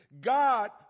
God